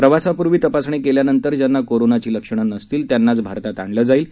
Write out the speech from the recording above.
प्रवासापूर्वी तपासणी केल्यानंतर ज्यांना कोरोनाची लक्षणं नसतील त्यांनाच भारतात आणलं जाईल